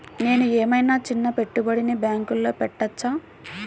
నేను ఏమయినా చిన్న పెట్టుబడిని బ్యాంక్లో పెట్టచ్చా?